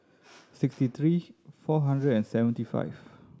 sixty three four hundred and seventy five